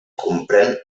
comprèn